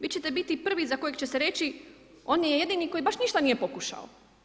Vi ćete biti prvi za kojeg će se reći on je „jedini koji baš ništa nije pokušao“